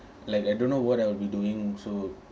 like I don't know what I'll be doing so